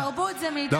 תרבות זה מאיתם והלאה.